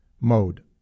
mode